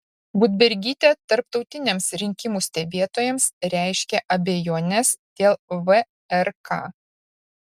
budbergytė tarptautiniams rinkimų stebėtojams reiškia abejones dėl vrk